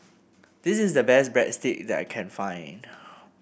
this is the best Breadstick that I can find